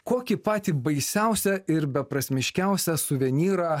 kokį patį baisiausią ir beprasmiškiausią suvenyrą